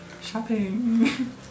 Shopping